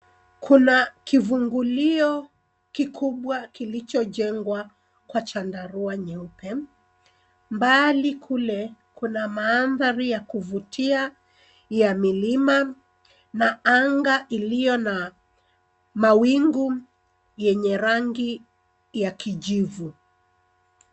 Kuna kivungulio kikubwa kilicho jengwa kwa chandarua nyeupe. Mbali kule kuna maadhari ya kuvutia ya milima na anga iliyo na mawingu yenye rangi ya kijivu.